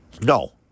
No